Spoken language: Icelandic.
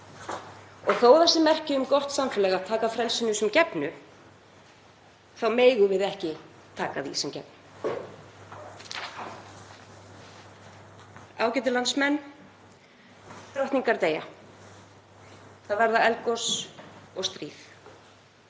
Og þótt það sé merki um gott samfélag að taka frelsinu sem gefnu þá megum við ekki taka því sem gefnu. Ágætu landsmenn. Drottningar deyja, það verða eldgos og stríð